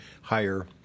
higher